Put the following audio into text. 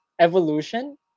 evolution